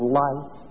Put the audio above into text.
light